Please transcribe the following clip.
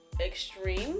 extreme